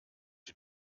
die